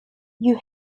you